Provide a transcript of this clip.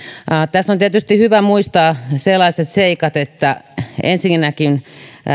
tässä on tietysti hyvä muistaa sellaiset seikat että ensinnäkin